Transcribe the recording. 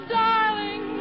darling